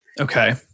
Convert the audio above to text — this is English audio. Okay